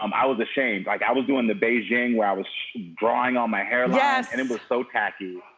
um i was ashamed like i was doing the beijing, where i was drawing on my hairline and it was so tacky.